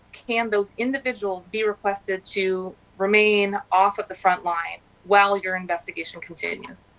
can those individuals be requested to remain off of the front line while your investigation continues?